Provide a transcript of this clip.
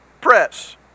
press